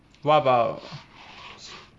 what about